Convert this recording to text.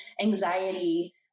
anxiety